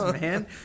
man